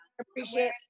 appreciate